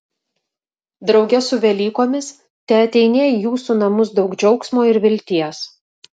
drauge su velykomis teateinie į jūsų namus daug džiaugsmo ir vilties